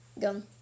gun